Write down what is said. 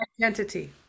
identity